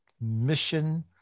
mission